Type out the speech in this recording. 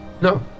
No